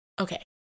okay